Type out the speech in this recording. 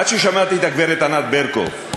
עד ששמעתי את הגברת ענת ברקו,